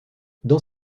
dans